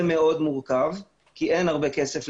מאוד מורכב כי לרשויות אין הרבה כסף,